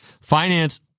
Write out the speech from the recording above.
Finance